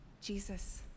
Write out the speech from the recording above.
Jesus